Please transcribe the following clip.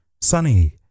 sunny